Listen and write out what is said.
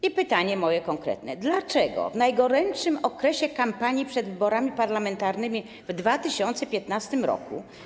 I pytanie moje konkretne: Dlaczego w najgorętszym okresie kampanii przed wyborami parlamentarnymi w 2015 r.